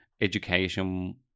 education